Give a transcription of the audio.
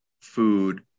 food